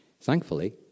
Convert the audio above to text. Thankfully